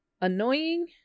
annoying